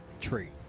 Tree